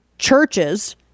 churches